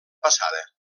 passada